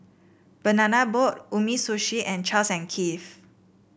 Banana Boat Umisushi and Charles and Keith